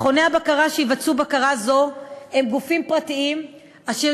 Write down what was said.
מכוני הבקרה שיבצעו בקרה זו הם גופים פרטיים אשר